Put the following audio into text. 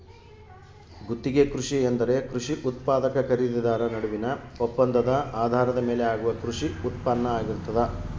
ಗುತ್ತಿಗೆ ಕೃಷಿ ಎಂದರೆ ಕೃಷಿ ಉತ್ಪಾದಕ ಖರೀದಿದಾರ ನಡುವಿನ ಒಪ್ಪಂದದ ಆಧಾರದ ಮೇಲೆ ಆಗುವ ಕೃಷಿ ಉತ್ಪಾನ್ನ ಆಗಿರ್ತದ